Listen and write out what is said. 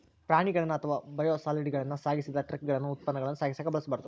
ಪ್ರಾಣಿಗಳನ್ನ ಅಥವಾ ಬಯೋಸಾಲಿಡ್ಗಳನ್ನ ಸಾಗಿಸಿದ ಟ್ರಕಗಳನ್ನ ಉತ್ಪನ್ನಗಳನ್ನ ಸಾಗಿಸಕ ಬಳಸಬಾರ್ದು